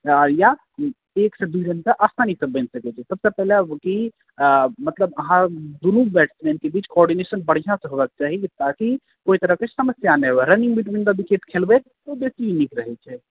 या एक सॅं दू रन तऽ आसानी सं बैन सकै छै सब सं पहिलय जे कि मतलब अहाँ दुनू बैट्समेन के बीच कोर्डिनेशन बढियाँ सं हेबाक चाही ताकि कोइ तरह के समस्या नै हुअय रन बीटविन द विकेट खेलबै तऽ बेसी नीक रहै छै